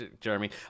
Jeremy